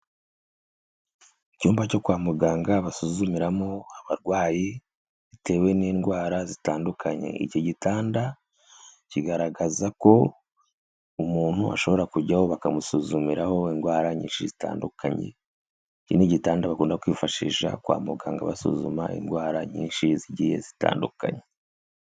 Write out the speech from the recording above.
Icyumba cyo kwa muganga basuzumiramo abarwayi, bitewe n'indwara zitandukanye. Iki gitanda kigaragaza ko umuntu ashobora kujyaho bakamusuzumiraho indwara nyinshi zitandukanye. Iki ni igitanda bakunda kwifashisha kwa muganga basuzuma indwara nyinshi zigiye zitandukanye.